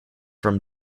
from